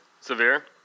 Severe